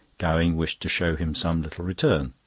gowing wished to show him some little return.